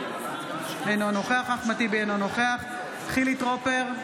אינו נוכח אחמד טיבי, אינו נוכח חילי טרופר,